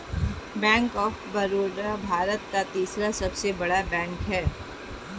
bank of Baroda Bharat का तीसरा सबसे बड़ा बैंक हैं